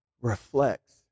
reflects